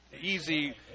easy